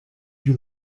you